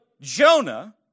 Jonah